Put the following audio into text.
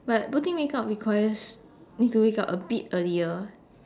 but putting makeup requires need to wake up a bit earlier